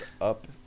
Up